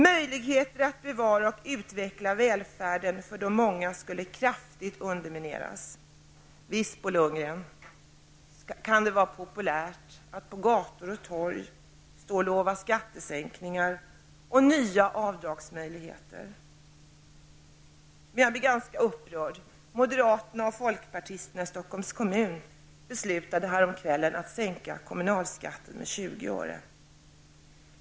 Möjligheterna att bevara och utveckla välfärden för de många skulle kraftigt undermineras. Visst, Bo Lundgren, kan det vara populärt att på gator och torg lova skattesänkningar och nya avdragsmöjligheter. Men jag blir ganska upprörd när moderaterna och folkpartisterna i Stockholms kommun beslutade häromkvällen att sänka kommunalskatten med 20 öre.